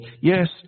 yes